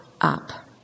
up